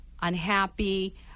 unhappy